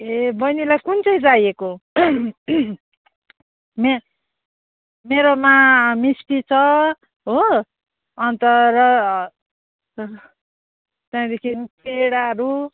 ए बहिनीलाई कुन चाहिँ चाहिएको मे मेरोमा मिस्टी छ हो अन्त र त्यहाँदेखि पेडाहरू